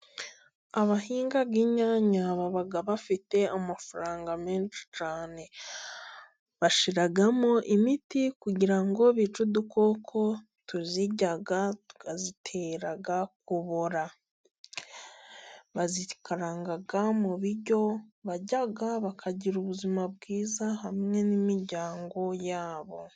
Abahinga inyanya baba bafite amafaranga menshi cyane. Bashyiramo imiti kugira ngo bice udukoko tuzirya tukazitera kubora. Bazikaranga mu biryo barya, bakagira ubuzima bwiza hamwe n'imiryango yabo.